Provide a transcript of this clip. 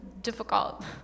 difficult